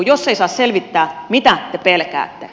jos ei saa selvittää mitä te pelkäätte